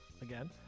again